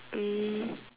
mm